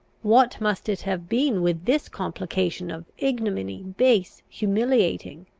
what must it have been with this complication of ignominy, base, humiliating,